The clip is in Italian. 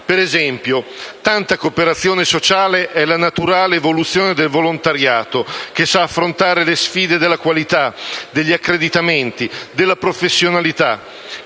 Per esempio, tanta cooperazione sociale è la naturale evoluzione del volontariato che sa affrontare le sfide della qualità, degli accreditamenti, della professionalità,